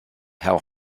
how